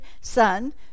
son